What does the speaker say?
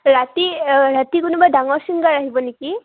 ৰাতি অঁ ৰাতি কোনোবা ডাঙৰ ছিংগাৰ আহিব নেকি